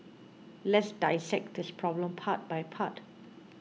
let's dissect this problem part by part